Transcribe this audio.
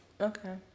Okay